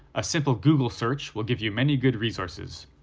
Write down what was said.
a simple google search will give you many good resources.